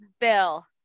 Bill